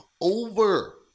over